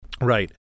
right